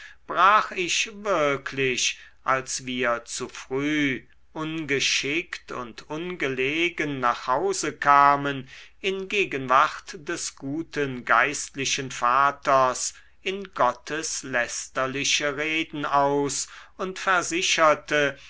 brach ich wirklich als wir zu früh ungeschickt und ungelegen nach hause kamen in gegenwart des guten geistlichen vaters in gotteslästerliche reden aus und versicherte